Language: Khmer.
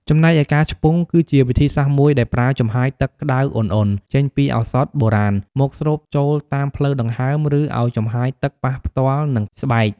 ចំណែកឯការឆ្ពង់ គឺជាវិធីសាស្ត្រមួយដែលប្រើ ចំហាយទឹកក្តៅឧណ្ឌៗចេញពីឱសថបុរាណ មកស្រូបចូលតាមផ្លូវដង្ហើម ឬឲ្យចំហាយទឹកប៉ះផ្ទាល់នឹងស្បែក។